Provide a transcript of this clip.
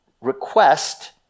request